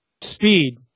Speed